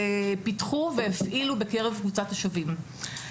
והפעילו בקרב קבוצת השווים.